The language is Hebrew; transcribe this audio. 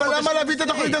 אבל למה להביא את התוכנית?